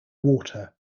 water